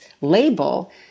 label